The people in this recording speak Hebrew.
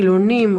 חילונים,